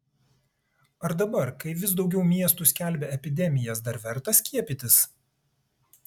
ar dabar kai vis daugiau miestų skelbia epidemijas dar verta skiepytis